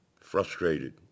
frustrated